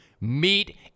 Meet